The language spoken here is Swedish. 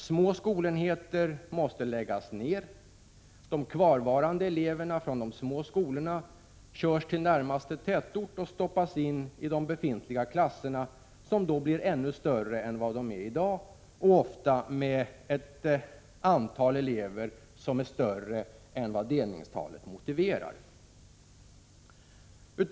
Små skolenheter måste läggas ned, de kvarvarande eleverna från de små skolorna körs till närmaste tätort och stoppas in i de befintliga klasserna, som då blir ännu större än vad de är i dag och ofta får ett antal elever som är större än delningstalet.